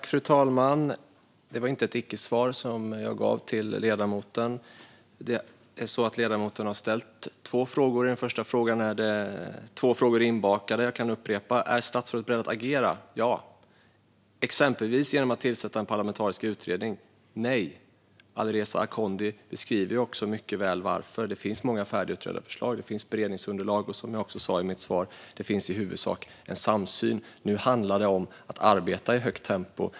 Fru talman! Det var inte ett icke-svar som jag gav till ledamoten. Ledamoten ställde två frågor i sin interpellation. I den första frågan är två frågor inbakade. Jag kan upprepa: "Är statsrådet beredd att agera" - svaret är ja - "exempelvis genom att tillsätta en parlamentarisk utredning" - svaret är nej. Alireza Akhondi beskriver också mycket väl varför. Det finns många färdigutredda förslag. Det finns beredningsunderlag. Som jag sa i mitt interpellationssvar finns det också i huvudsak en samsyn. Nu handlar det om att arbeta i högt tempo.